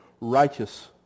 righteous